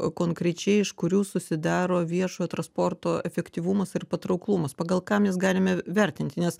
konkrečiai iš kurių susidaro viešojo transporto efektyvumas ir patrauklumas pagal ką mes galime vertinti nes